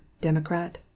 Democrat